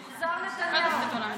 לא,